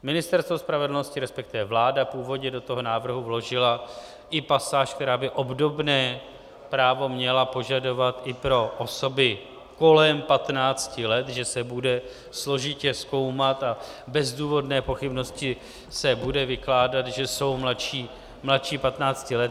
Ministerstvo spravedlnosti, respektive vláda původně do toho návrhu vložila i pasáž, která by obdobné právo měla požadovat i pro osoby kolem patnácti let, že se bude složitě zkoumat a bez důvodné pochybnosti se bude vykládat, že jsou mladší patnácti let.